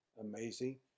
amazing